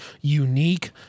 unique